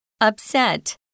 Upset